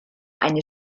eine